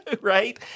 right